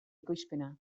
ekoizpena